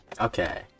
Okay